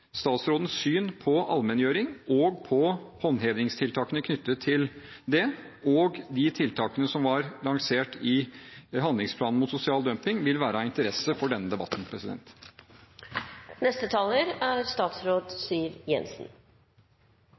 syn på allmenngjøring og på håndhevingstiltakene knyttet til det og de tiltakene som var lansert i handlingsplanene mot sosial dumping, vil være av interesse for denne debatten.